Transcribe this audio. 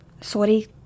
Sorry